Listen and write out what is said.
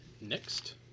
Next